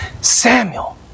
Samuel